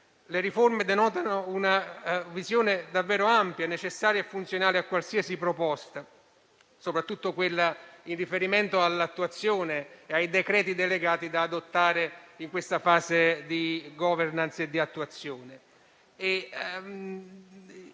le riforme denotano una visione davvero ampia, necessaria e funzionale a qualsiasi proposta, soprattutto quella in riferimento all'attuazione dei decreti delegati da adottare in questa fase di *governance* e di attuazione.